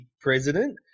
president